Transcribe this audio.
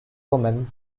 woman